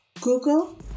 Google